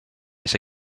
its